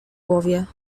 głowie